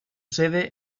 sede